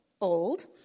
Old